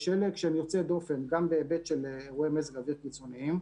שלג שהם יוצאי דופן גם בהיבט של אירועי מזג אוויר קיצוניים.